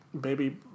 baby